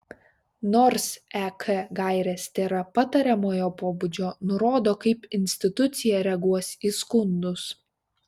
nors ek gairės tėra patariamojo pobūdžio nurodo kaip institucija reaguos į skundus